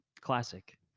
Classic